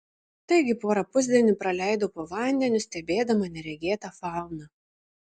taigi porą pusdienių praleidau po vandeniu stebėdama neregėtą fauną